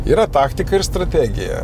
yra taktika ir strategija